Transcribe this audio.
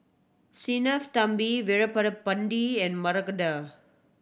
Sinnathamby Veerapandiya and Mahade